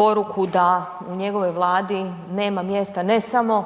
poruku da u njegovoj Vladi nema mjesta ne samo